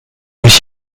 ich